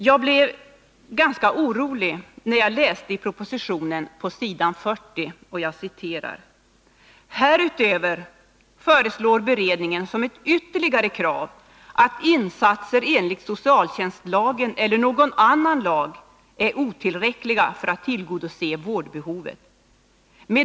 Jag blev ganska orolig när jag på s. 40 i propositionen läste: ”Härutöver föreslår beredningen som ett ytterligare krav att insatser enligt socialtjänstlagen eller någon annan lag är otillräckliga för att tillgodose 10 Riksdagens protokoll 1981/82:51-52 vårdbehovet.